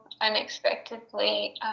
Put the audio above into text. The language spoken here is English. unexpectedly